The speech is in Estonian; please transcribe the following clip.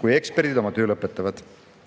kui eksperdid oma töö lõpetavad.